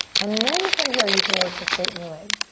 and then from here you can work to straighten the leg.